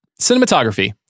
Cinematography